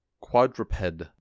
quadruped